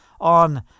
on